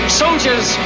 soldiers